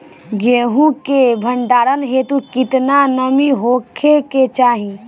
गेहूं के भंडारन हेतू कितना नमी होखे के चाहि?